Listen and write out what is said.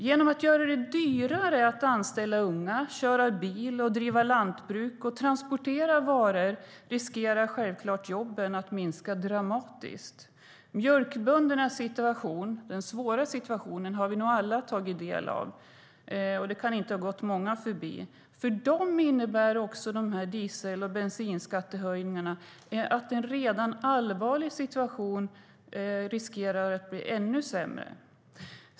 Genom att göra det dyrare att anställa unga, att köra bil, att driva lantbruk och att transportera varor riskerar man att jobben minskar dramatiskt. Vi har nog alla tagit del av mjölkböndernas svåra situation. Det kan inte ha gått många förbi. För mjölkbönderna innebär diesel och bensinskattehöjningarna att en redan allvarlig situation riskerar att bli ännu sämre.